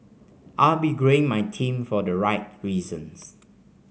are be growing my team for the right reasons